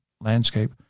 landscape